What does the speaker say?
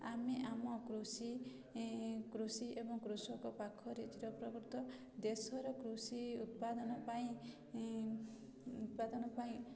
ଆମେ ଆମ କୃଷି କୃଷି ଏବଂ କୃଷକ ପାଖରେ ଚିରଉପ୍ରକୃତ ଦେଶର କୃଷି ଉତ୍ପାଦନ ପାଇଁ ଉତ୍ପାଦନ ପାଇଁ